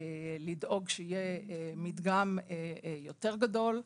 לדאוג שיהיה מדגם יותר גדול,